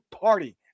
party